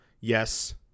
yes